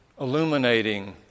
illuminating